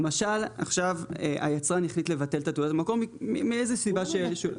למשל עכשיו היצרן החליט לבטל את תעודת המקור מאיזשהי סיבה שהיא.